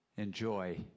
Enjoy